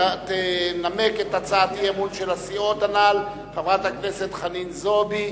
תנמק את הצעת האי-אמון של הסיעות הנ"ל חברת הכנסת חנין זועבי.